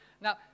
Now